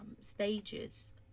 stages